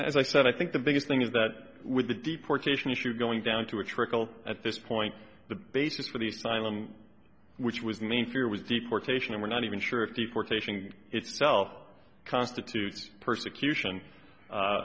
as i said i think the biggest thing is that with the deportation issue going down to a trickle at this point the basis for the asylum which was main fear was deportation and we're not even sure if deportation itself constitutes persecution